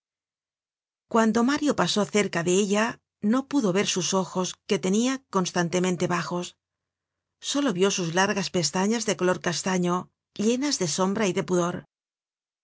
cuando mario pasó cerca de ella no pudo ver sus ojos que tenia constantemente bajos solo vió sus largas pestañas de color castaño llenas de sombra y de pudor